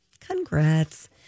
congrats